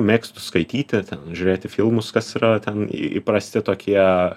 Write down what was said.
mėgstu skaityti ten žiūrėti filmus kas yra ten įprasti tokie